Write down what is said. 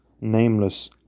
nameless